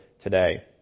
today